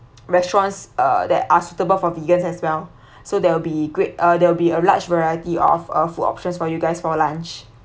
restaurants uh that are suitable for vegans as well so there will be great uh they'll be a large variety of uh food options for you guys for lunch